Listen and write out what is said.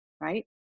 right